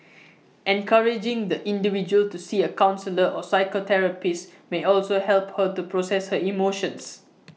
encouraging the individual to see A counsellor or psychotherapist may also help her to process her emotions